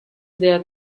their